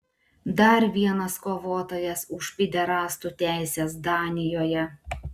dar vienas kovotojas už pyderastų teises danijoje